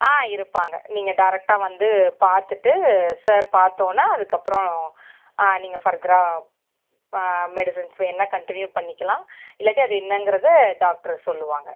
ஆ இருப்பாங்க நீங்கள் டேரக்ட்டாக வந்து பார்த்துட்டு சார் பார்த்தொடன அதுக்கப்புறம் நீங்கள் ஃபர்தராக ப மெடிசன்ஸ் வேணுணால் கன்ட்டினியூ பண்ணிக்கலாம் இல்லாட்டி அது என்னங்கறது டாக்டரு சொல்லுவாங்க